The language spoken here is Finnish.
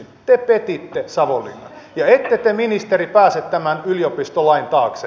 te petitte savonlinnan ja ette te ministeri pääse tämän yliopistolain taakse